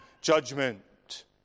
judgment